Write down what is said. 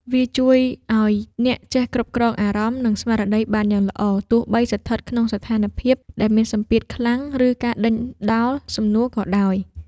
វាជួយឱ្យអ្នកចេះគ្រប់គ្រងអារម្មណ៍ និងស្មារតីបានយ៉ាងល្អ ទោះបីស្ថិតក្នុងស្ថានភាពដែលមានសម្ពាធខ្លាំង ឬការដេញដោលសំណួរក៏ដោយ។